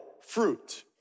fruit